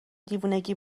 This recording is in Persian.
دیوونگی